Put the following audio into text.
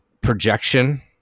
projection